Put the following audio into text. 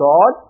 God